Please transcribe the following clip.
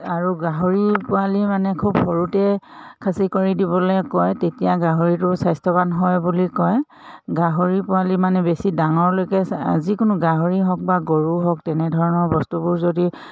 আৰু গাহৰি পোৱালি মানে খুব সৰুতে খাচী কৰি দিবলৈ কয় তেতিয়া গাহৰিটো স্বাস্থ্যৱান হয় বুলি কয় গাহৰি পোৱালি মানে বেছি ডাঙৰলৈকে যিকোনো গাহৰি হওক বা গৰু হওক তেনেধৰণৰ বস্তুবোৰ যদি